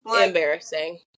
embarrassing